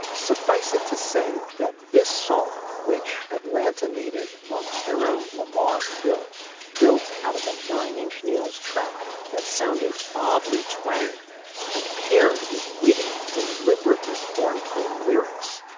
suffice it to say that this song, which atlanta native montero lamar hill built out of a nine inch nails track that sounded oddly twangy and paired with widdy deliberately cornpone lyrics,